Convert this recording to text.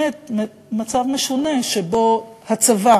באמת מצב משונה, שבו הצבא